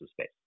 space